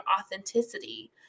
authenticity